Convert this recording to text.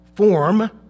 Form